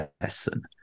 lesson